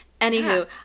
Anywho